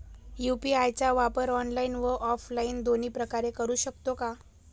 UPI चा वापर online व ऑफलाईन दोन्ही प्रकारे करु शकतो का?